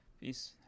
peace